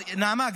נעמה,